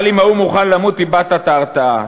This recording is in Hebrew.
אבל אם ההוא מוכן למות, איבדת את ההרתעה.